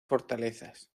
fortalezas